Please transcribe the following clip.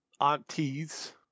Auntie's